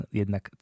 jednak